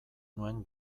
nuen